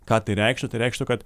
ką tai reikštų tai reikštų kad